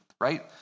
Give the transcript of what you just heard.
right